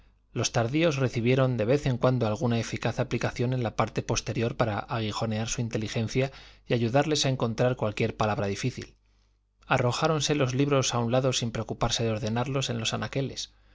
los tardíos recibieron de vez en cuando alguna eficaz aplicación en la parte posterior para aguijonear su inteligencia y ayudarles a encontrar cualquier palabra difícil arrojáronse los libros a un lado sin preocuparse de ordenarlos en los anaqueles